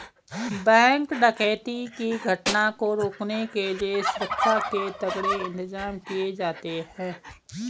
bank डकैती की घटना को रोकने के लिए सुरक्षा के तगड़े इंतजाम किए जाते हैं